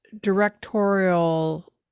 directorial